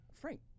Frank